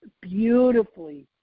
beautifully